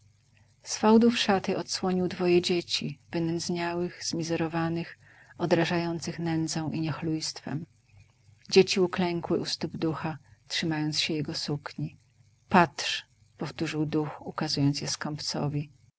z fałdów szaty odsłonił dwoje dzieci wynędzniałych zmizerowanych odrażających nędzą i niechlujstwem dzieci uklękły u stóp ducha trzymając się jego sukni patrz powtórzył duch ukazując je